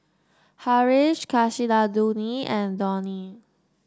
Haresh Kasinadhuni and Dhoni